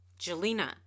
Jelena